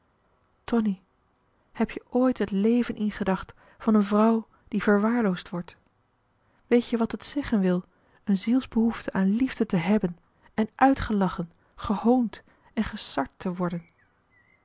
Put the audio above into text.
tonie heb je ooit het leven ingedacht van een vrouw die verwaarloosd wordt weet je wat het zeggen wil een zielsbehoefte aan liefde te hebben en uitgelachen gehoond en gesard te worden